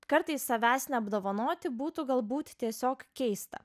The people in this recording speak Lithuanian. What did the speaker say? kartais savęs neapdovanoti būtų galbūt tiesiog keista